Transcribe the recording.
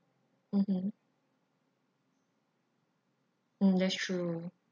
mmhmm mm that's true